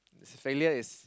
failure is